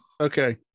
Okay